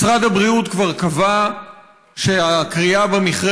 משרד הבריאות כבר קבע שהכרייה במכרה